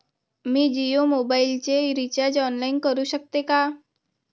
मी जियो मोबाइलचे recharge online करू शकते का?